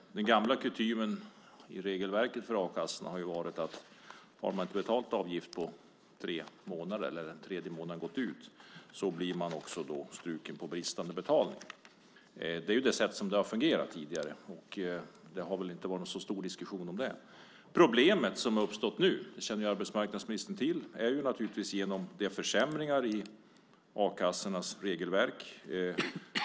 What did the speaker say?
Den gamla kutymen i regelverket för a-kassorna har varit att har man inte betalt avgift då tredje månaden gått ut blir man struken på grund av bristande betalning. Det är det sätt som det har fungerat på tidigare, och det har väl inte varit någon stor diskussion om det. Problemet som har uppstått nu, det känner arbetsmarknadsministern till, kommer sig naturligtvis av försämringarna i a-kassornas regelverk.